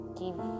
give